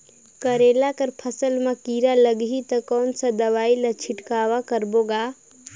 करेला कर फसल मा कीरा लगही ता कौन सा दवाई ला छिड़काव करबो गा?